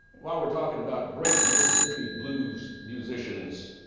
while we're talking about great mississippi blues musicians,